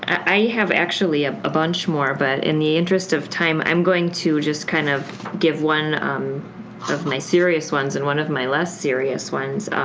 i have actually a bunch more but in the interest of time i'm going to kind of give one um of my serious ones and one of my less serious ones.